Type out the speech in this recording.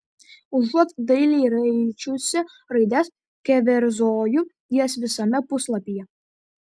užuot dailiai raičiusi raides keverzoju jas visame puslapyje